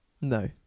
No